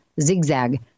zigzag